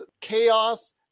chaos